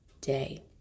day